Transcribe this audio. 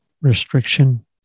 restriction